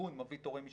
הארגון מביא תורם משלו,